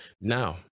Now